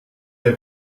der